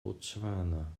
botswana